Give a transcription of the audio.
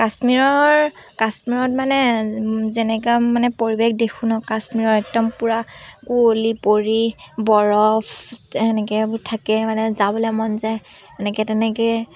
কাশ্মীৰৰ কাশ্মীৰত মানে যেনেকৈ মানে পৰিৱেশ দেখো ন কাশ্মীৰৰ একদম পূৰা কুঁৱলী পৰি বৰফ এনেকৈ থাকে মানে যাবলৈ মন যায় এনেকৈ তেনেকৈ